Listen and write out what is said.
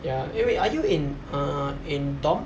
ya eh wait are you in uh in dom